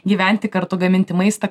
gyventi kartu gaminti maistą